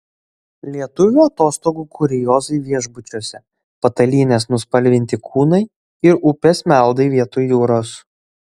lietuvių atostogų kuriozai viešbučiuose patalynės nuspalvinti kūnai ir upės meldai vietoj jūros